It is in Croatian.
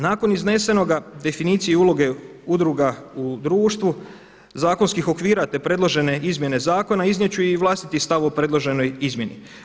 Nakon iznesenoga definiciji i uloge udruga u društvu, zakonskih okvira, te predložene izmjene zakona iznijet ću i vlastiti stav o predloženoj izmjeni.